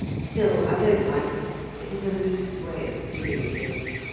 still i don't like it it is a loose way of doing things.